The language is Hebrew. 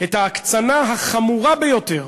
את ההקצנה החמורה ביותר